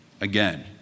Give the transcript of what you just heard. again